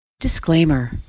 Disclaimer